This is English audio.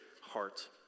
heart